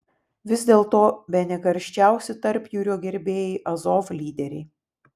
vis dėlto bene karščiausi tarpjūrio gerbėjai azov lyderiai